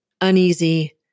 uneasy